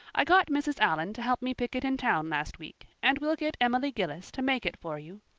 i got mrs. allan to help me pick it in town last week, and we'll get emily gillis to make it for you.